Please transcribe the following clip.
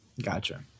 Gotcha